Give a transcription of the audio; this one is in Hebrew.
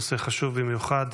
נושא חשוב במיוחד: